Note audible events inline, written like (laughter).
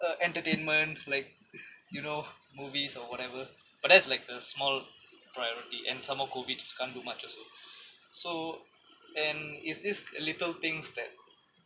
the entertainment like (noise) you know (breath) movies or whatever but that's like a small priority and some more COVID you can't do much also so and is this little things that